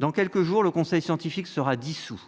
Dans quelques jours, le Conseil scientifique sera dissous